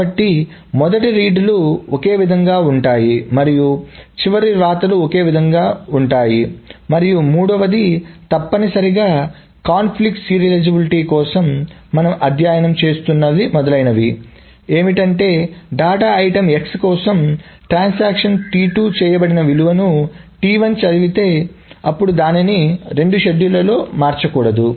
కాబట్టి మొదటి రీడ్లు ఒకే విధంగా ఉంటాయి మరియు చివరి వ్రాతలు ఒకే విధంగా ఉంటాయి మరియు మూడవది తప్పనిసరిగా కాన్ఫ్లిక్ట్ సీరియలైజబిలిటీ కోసం మనం అధ్యయనం చేస్తున్నది మొదలైనవి ఏమిటంటే డేటా ఐటెమ్ x కోసం ఉత్పత్తి చేయబడిన విలువను చదివితే అప్పుడు దానిని రెండు షెడ్యూళ్లలో మార్చకూడదు